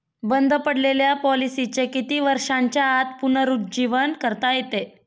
बंद पडलेल्या पॉलिसीचे किती वर्षांच्या आत पुनरुज्जीवन करता येते?